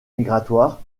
migratoire